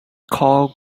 called